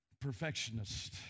perfectionist